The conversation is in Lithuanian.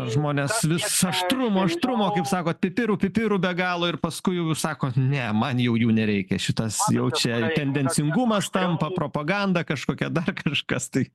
žmonės vis aštrumo aštrumo kaip sakot pipirų pipirų be galo ir paskui jūs sakot ne man jau jų nereikia šitas jau čia tendencingumas tampa propaganda kažkokia dar kažkas tai